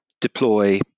deploy